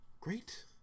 Great